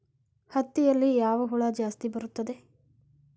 ಹತ್ತಿಯಲ್ಲಿ ಯಾವ ಹುಳ ಜಾಸ್ತಿ ಬರುತ್ತದೆ?